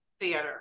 theater